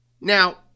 Now